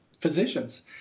physicians